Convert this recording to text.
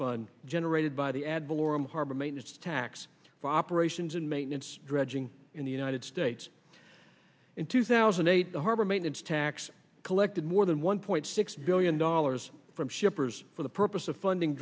fund generated by the ad valorem harbor maintenance tax for operations and maintenance dredging in the united states in two thousand and eight the harbor maintenance tax collected more than one point six billion dollars from shippers for the purpose of funding